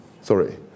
sorry